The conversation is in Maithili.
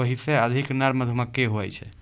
ओहिसे अधिक नर मधुमक्खी हुवै छै